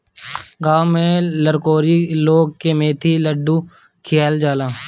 गांव में लरकोरी लोग के मेथी के लड्डू खियावल जाला